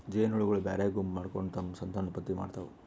ಜೇನಹುಳಗೊಳ್ ಬ್ಯಾರೆ ಗುಂಪ್ ಮಾಡ್ಕೊಂಡ್ ತಮ್ಮ್ ಸಂತಾನೋತ್ಪತ್ತಿ ಮಾಡ್ತಾವ್